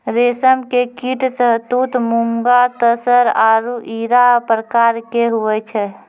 रेशम के कीट शहतूत मूंगा तसर आरु इरा प्रकार के हुवै छै